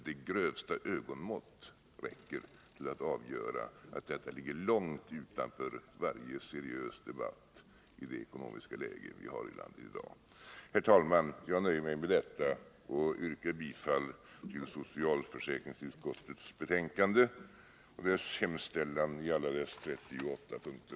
Det grövsta ögonmått räcker till att avgöra att detta ligger långt utanför varje seriös debatt i det ekonomiska läge som vi har i landet i dag. Herr talman! Jag nöjer mig med detta och yrkar bifall till socialförsäkringsutskottets hemställan i alla dess 38 punkter.